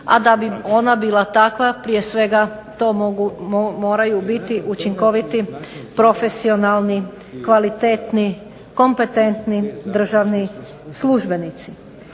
a da bi ona bila takva prije svega to moraju biti učinkoviti, profesionalni, kvalitetni, kompetentni državni službenici.